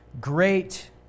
great